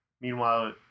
meanwhile